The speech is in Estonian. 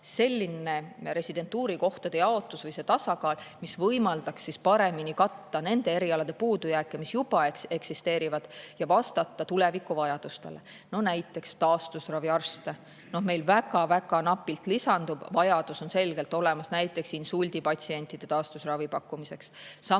selline residentuurikohtade jaotus või tasakaal, mis võimaldaks paremini katta nende erialade puudujääke, mis juba eksisteerivad, ja vastata tulevikuvajadustele. Näiteks taastusraviarste lisandub meil väga-väga napilt, vajadus on selgelt olemas, näiteks insuldipatsientide taastusravi pakkumiseks. Samuti